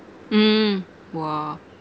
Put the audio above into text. mm !wah!